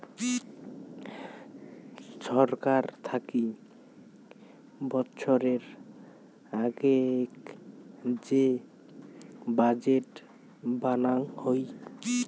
ছরকার থাকি বৎসরের আগেক যে বাজেট বানাং হই